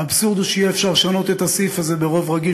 האבסורד הוא שיהיה אפשר לשנות את הסעיף הזה ברוב רגיל